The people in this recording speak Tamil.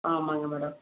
ஆமாங்க மேடம்